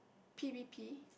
P V P